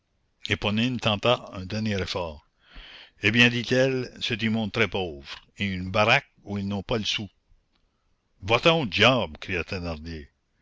éponine tenta un dernier effort eh bien dit-elle c'est du monde très pauvre et une baraque où ils n'ont pas le sou va-t'en